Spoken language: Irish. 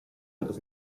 agus